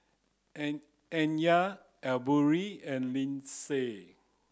N Nya Asbury and Lindsay